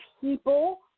people